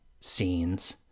scenes